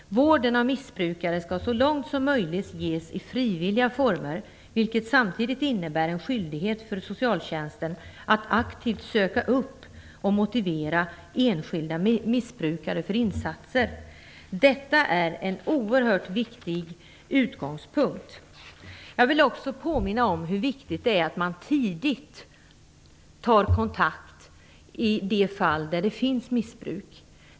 Vården av missbrukare skall så långt som möjligt ges i frivilliga former vilket samtidigt innebär en skyldighet för socialtjänsten att aktivt söka upp och motivera enskilda missbrukare för insatser." Detta är en oerhört viktig utgångspunkt. Jag vill också påminna om hur viktigt det är att man tidigt tar kontakt i de fall där det finns missbruk.